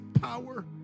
power